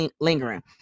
lingering